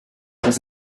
was